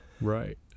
Right